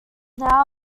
now